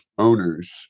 owners